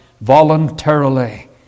Voluntarily